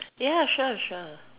ya sure sure